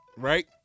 Right